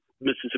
Mississippi